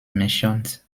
mentioned